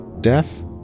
death